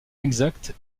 exact